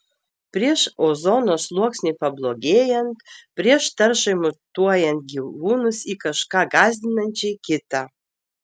prieš ozono sluoksniui pablogėjant prieš taršai mutuojant gyvūnus į kažką gąsdinančiai kitą